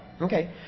Okay